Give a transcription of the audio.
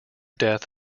death